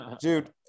dude